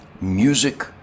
music